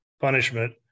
punishment